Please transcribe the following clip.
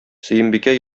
сөембикә